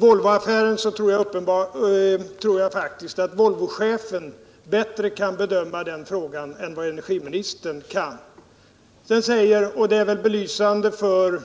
Herr talman! Jag tror faktiskt att Volvochefen bättre kan bedöma Volvoaffären än vad energiministern kan. Sedan säger energiministern — och det är väl belysande för